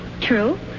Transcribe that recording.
True